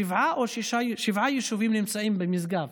שבעה יישובים נמצאים במשגב,